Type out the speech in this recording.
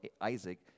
Isaac